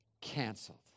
canceled